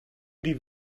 die